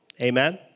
Amen